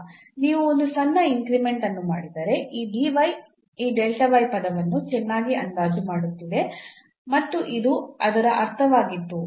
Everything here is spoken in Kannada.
ನೀವು ಒಂದು ಸಣ್ಣ ಇನ್ಕ್ರಿಮೆಂಟ್ ಅನ್ನು ಮಾಡಿದರೆ ಈ dy ಈ ಪದವನ್ನು ಚೆನ್ನಾಗಿ ಅಂದಾಜು ಮಾಡುತ್ತಿದೆ ಮತ್ತು ಇದು ಅದರ ಅರ್ಥವಾಗಿತ್ತು